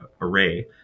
array